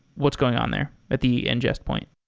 what's going on there at the ingest point?